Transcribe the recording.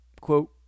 Quote